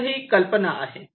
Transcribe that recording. तर ही कल्पना आहे